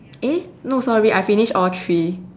eh no sorry I finish all three